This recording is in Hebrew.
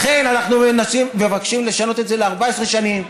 לכן אנחנו מבקשים לשנות את זה ל-14 שנים,